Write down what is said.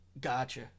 gotcha